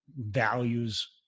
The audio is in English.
values